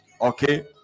okay